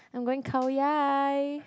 I'm going Khao-Yai